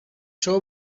شما